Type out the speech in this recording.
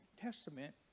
testament